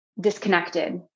disconnected